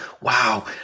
wow